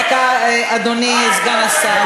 דקה, אדוני סגן השר.